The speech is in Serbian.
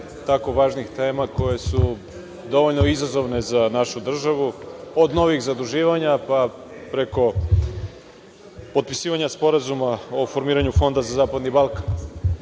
tako važnih tema koje su dovoljno izazovne za našu državu, od novih zaduživanja, pa preko potpisivanja Sporazuma o formiranju Fonda za zapadni